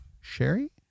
Sherry